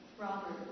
Robert